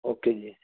okay ਜੀ